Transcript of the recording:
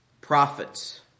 prophets